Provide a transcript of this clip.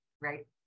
right